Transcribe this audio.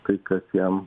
tai kas jam